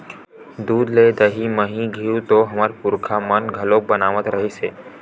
दूद ले दही, मही, घींव तो हमर पुरखा मन ह घलोक बनावत रिहिस हे